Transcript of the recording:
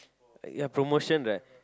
ya promotion right